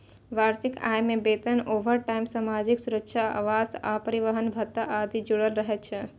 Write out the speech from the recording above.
वार्षिक आय मे वेतन, ओवरटाइम, सामाजिक सुरक्षा, आवास आ परिवहन भत्ता आदि जुड़ल रहै छै